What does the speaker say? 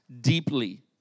deeply